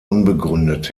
unbegründet